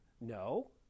No